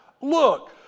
look